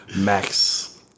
Max